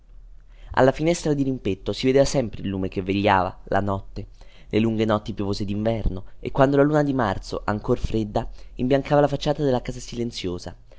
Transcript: alla finestra dirimpetto si vedeva sempre il lume che vegliava la notte le lunghe notti piovose dinverno e quando la luna di marzo ancor fredda imbiancava la facciata della casa silenziosa